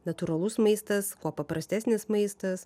natūralus maistas kuo paprastesnis maistas